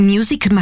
Music